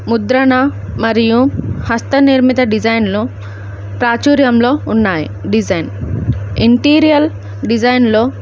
ముద్రణ మరియు హస్తనిర్మిత డిజైన్లు ప్రాచుర్యంలో ఉన్నాయి డిజైన్ ఇంటీరియర్ డిజైన్లో